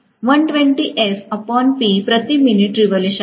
हे प्रति minute revolution आहे